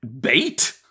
bait